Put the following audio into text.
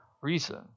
reason